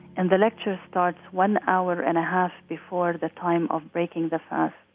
and the lecture starts one hour and a half before the time of breaking the fast.